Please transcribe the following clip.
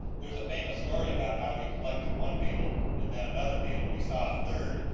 there's a famous story about how he collected one beetle and then another beetle, and he saw a third,